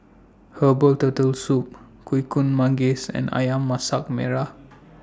Herbal Turtle Soup Kuih Manggis and Ayam Masak Merah